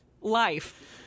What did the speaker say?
life